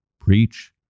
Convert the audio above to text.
Preach